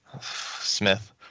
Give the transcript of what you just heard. Smith